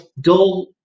dull